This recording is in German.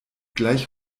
gleich